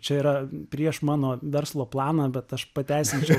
čia yra prieš mano verslo planą bet aš pateisinčiau